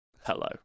Hello